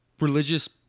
religious